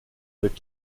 avec